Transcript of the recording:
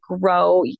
grow